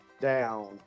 down